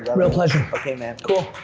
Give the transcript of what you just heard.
real pleasure. okay, man. cool.